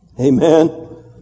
Amen